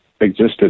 existed